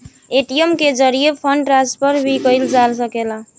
ATM के जरिये fund transfer भी कईल जा सकेला